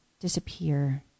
disappear